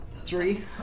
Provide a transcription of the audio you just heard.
Three